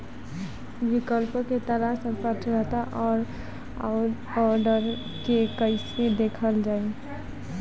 विकल्पों के तलाश और पात्रता और अउरदावों के कइसे देखल जाइ?